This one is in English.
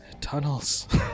Tunnels